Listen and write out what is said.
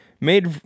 Made